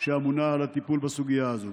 שאמונה על הטיפול בסוגיה הזאת.